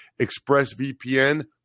ExpressVPN